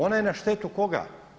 Ona je na štetu koga?